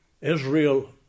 Israel